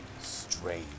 strange